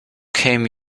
came